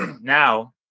now